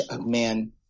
man